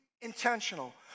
intentional